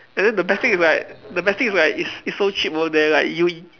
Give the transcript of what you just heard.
and then the best thing is like the best thing is like it's it's so cheap over there like you